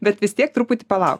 bet vis tiek truputį palauk